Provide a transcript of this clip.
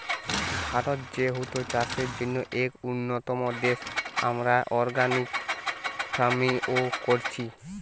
ভারত যেহেতু চাষের জন্যে এক উন্নতম দেশ, আমরা অর্গানিক ফার্মিং ও কোরছি